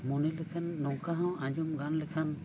ᱢᱚᱱᱮ ᱞᱮᱠᱷᱟᱱ ᱱᱚᱝᱠᱟ ᱦᱚᱸ ᱟᱸᱡᱚᱢ ᱜᱟᱱ ᱞᱮᱠᱷᱟᱱ